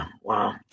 Wow